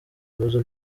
bibazo